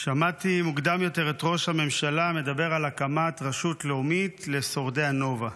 שמעתי מוקדם יותר את ראש הממשלה מדבר על הקמת רשות לאומית לשורדי הנובה.